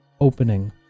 opening